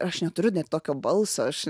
aš neturiu tokio balso aš